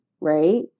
right